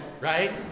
right